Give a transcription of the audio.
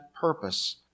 purpose